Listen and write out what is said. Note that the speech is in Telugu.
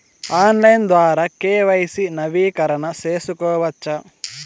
ఆన్లైన్ ద్వారా కె.వై.సి నవీకరణ సేసుకోవచ్చా?